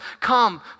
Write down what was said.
Come